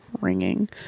ringing